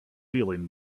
feeling